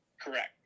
Correct